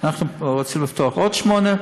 אנחנו רוצים לפתוח עוד שמונה.